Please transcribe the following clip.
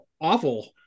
Awful